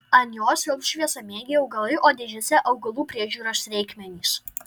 ant jos tilps šviesamėgiai augalai o dėžėse augalų priežiūros reikmenys